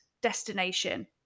destination